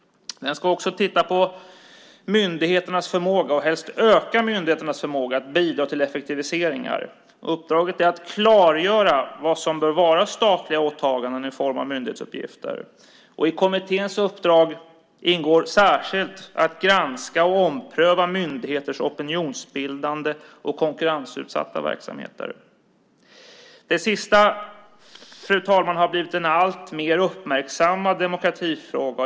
Den ska också titta på och helst öka myndigheternas förmåga att bidra till effektiviseringar. Uppdraget är att klargöra vad som bör vara statliga åtaganden i form av myndighetsuppgifter. I kommitténs uppdrag ingår särskilt att granska och ompröva myndigheters opinionsbildande och konkurrensutsatta verksamheter. Det sista, fru talman, har blivit en alltmer uppmärksammad demokratifråga.